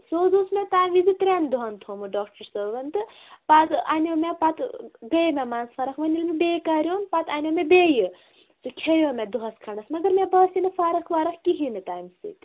سُہ حظ اوس مےٚ تَمہِ وِزِ ترٛیٚن دۄہَن تھوٚومُت ڈاکٹر صٲبَن تہٕ پَتہٕ اَنٮ۪و مےٚ پتہٕ گٔے مےٚ منٛزٕ فرق وۅنۍ ییٚلہِ مےٚ بیٚیہِ کریون پَتہٕ اَنٮ۪و مےٚ بیٚیہِ تہٕ کھٮ۪ویو مےٚ دۄہَس کھٮ۪نٛڈس مگر مےٚ باسیے نہَ فرق ورق کِہیٖنٛۍ نہٕ تَمہِ سۭتۍ